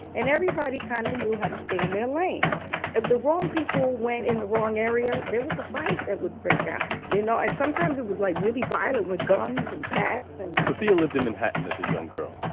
and everybody kind of knew how to stay in their lane. if the wrong people went in the wrong area, there was a fight that would break out, you know? and sometimes it was, like, really violent with guns and bats and. sufia lived in manhattan as a young girl.